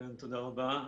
תודה רבה.